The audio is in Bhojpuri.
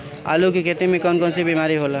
आलू की खेती में कौन कौन सी बीमारी होला?